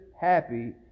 happy